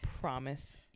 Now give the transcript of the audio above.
promise